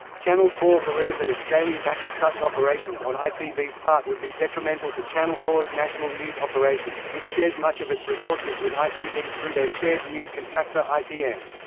channel four believe that a scaling-back of such operations on itv's part would be detrimental to channel four s national news operation, which shares much of its resources with itv through their shared news contractor itn.